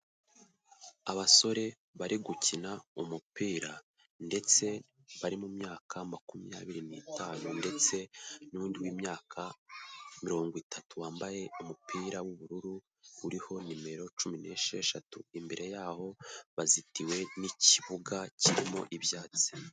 Abasore bari gukina umupira ndetse bari mu myaka makumyabiri n'itanu ndetse n'undi w'imyaka mirongo itatu wambaye umupira w'ubururu uriho nimero cumi n'esheshatu, imbere yaho hazitiwe n'ikibuga kirimo ibyatsi.